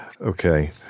Okay